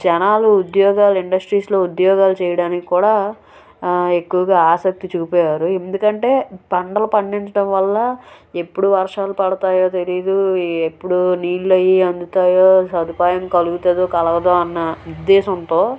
జనాలు ఉద్యోగాలు ఇండస్ట్రీస్లో ఉద్యోగాలు చేయడానికి కూడా ఎక్కువగా ఆసక్తి చూపేవారు ఎందుకంటే పంటలు పండించటం వల్ల ఎప్పుడు వర్షాలు పడతాయో తెలియదు ఎప్పుడు నీళ్ళు అవి అందుతాయో సదుపాయం కలుగుతుందో కలగదో అన్న ఉద్దేశంతో